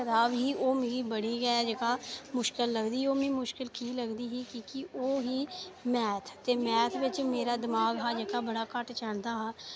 कताब ही ओह् मिगी बड़ी गै जेह्का मुश्कल लगदी ही ओह् मिगी मुश्कल की लगदी ही की कि ओह् ही मैथ ते मैथ बिच मेरा दमाग हा जेह्का बड़ा घट्ट चलदा हा